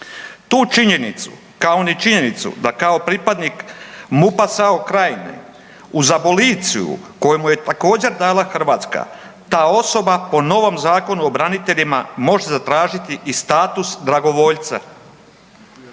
Tu činjenicu, kao ni činjenicu da kao pripadnik MUP-a SAO Krajine uz aboliciju koju mu je također dala Hrvatska, ta osoba po novom Zakonu o braniteljima može zatražiti i status dragovoljca.